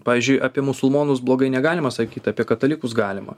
pavyzdžiui apie musulmonus blogai negalima sakyt apie katalikus galima